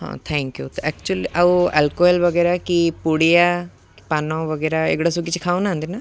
ହଁ thank you actually ଆଉ alcohol ବଗେରା କି ପୋଡ଼ିଆ ପାନ ବଗେରା ଏଗୁଡ଼ା ସବୁ କିଛି ଖାଉନାହାନ୍ତି ନା